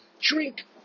Drink